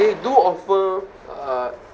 they do offer uh